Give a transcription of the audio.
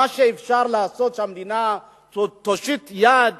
מה שאפשר לעשות שהמדינה תושיט יד,